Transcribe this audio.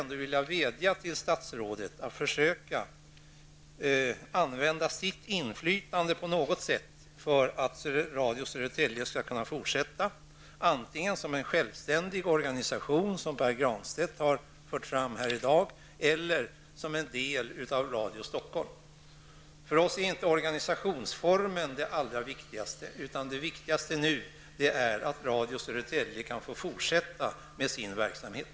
Men jag vädjar ändå till statsrådet att på något sätt försöka använda sitt inflytande för att möjliggöra att Radio Södertälje kan fortsätta med sin verksamhet -- antingen som en självständig organisation, som Pär Granstedt tidigare i dag har talat om, eller också som en del av Radio För oss är inte organisationsformen allra viktigast, utan för oss är det viktigaste nu att Radio Södertälje kan få fortsätta med sin verksamhet.